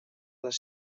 les